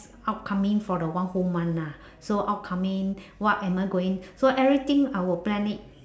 upcoming for the one whole month lah so upcoming what am I going so everything I will plan it